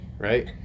Right